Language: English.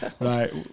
Right